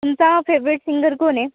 तुमचा favourite singer कोण आहे